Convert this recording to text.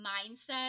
mindset